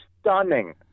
stunning